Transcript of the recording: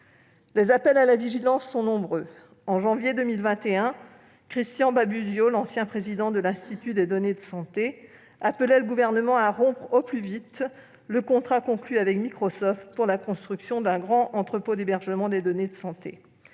Les appels à la vigilance sont nombreux. En janvier 2021, Christian Babusiaux, l'ancien président de l'Institut des données de santé, appelait le Gouvernement à rompre au plus vite le contrat conclu avec Microsoft pour la construction d'un grand entrepôt d'hébergement des données de santé.